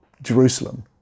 Jerusalem